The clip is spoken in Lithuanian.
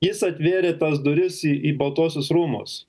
jis atvėrė tas duris į į baltuosius rūmus